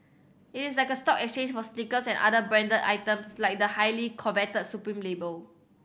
it is like a stock exchange for sneakers and other branded items like the highly coveted Supreme label